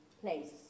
place